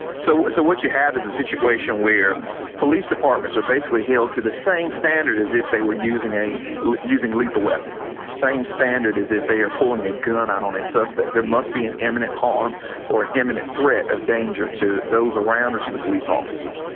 so so what you have is a situation where police departments are basically held to the same standard as if they were using a lethal weapon, the same standard as if they are pulling a gun on on a suspect there must be an imminent harm or an imminent threat of danger to those around or to the police officers.